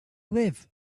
live